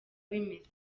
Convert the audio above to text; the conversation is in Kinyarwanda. bimeze